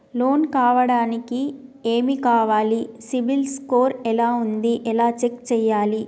Loan కావడానికి ఏమి కావాలి సిబిల్ స్కోర్ ఎలా ఉంది ఎలా చెక్ చేయాలి?